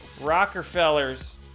Rockefellers